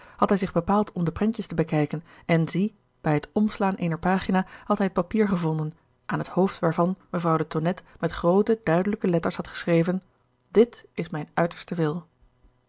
hij zich bepaald om de prentjes te bekijken en zie bij het omslaan eener pagina had hij het papier gevonden aan het hoofd waarvan mevrouw de tonnette met groote duidelijke letters had geschreven dit is mijn uiterste wil